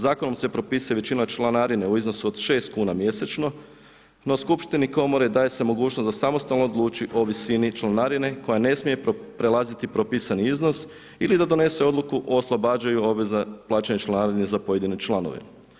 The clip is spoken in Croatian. Zakonom se propisuje većina članarine u iznosu od 6kn mjesečno no skupštini komore daje se mogućnost da samostalno odluči o visini članarine koja ne smije prelaziti propisani iznos ili da donese odluku o oslobađanju obveza plaćanja članarine za pojedine članove.